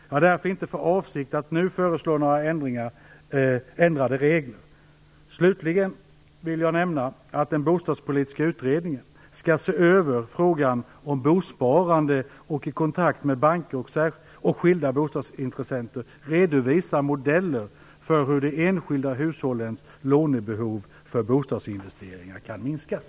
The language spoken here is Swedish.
Jag har därför inte för avsikt att nu föreslå några ändrade regler. Slutligen vill jag nämna att den bostadspolitiska utredningen skall se över frågan om bosparande och i kontakt med banker och skilda bostadsintressenter redovisa modeller för hur de enskilda hushållens lånebehov för bostadsinvesteringar kan minskas.